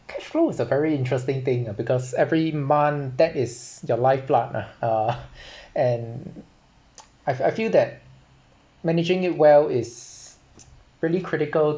cash flow is a very interesting thing ah because every month that is your life plug ah and I've I feel that managing it well is really critical